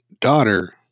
daughter